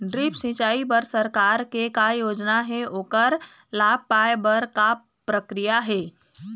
Drip सिचाई बर सरकार के का योजना हे ओकर लाभ पाय बर का प्रक्रिया हे?